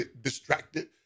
distracted